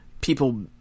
people